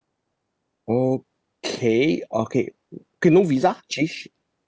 okay okay K no visa change